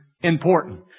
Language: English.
important